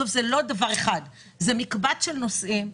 זה לא דבר אחד, זה מקבץ של נושאים.